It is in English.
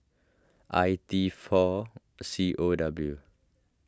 I T four C O W